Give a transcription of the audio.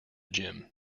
gym